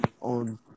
on